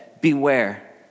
beware